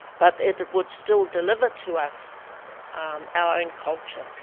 but it would still deliver to us our own culture,